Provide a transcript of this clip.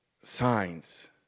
signs